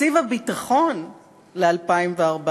תקציב הביטחון ל-2014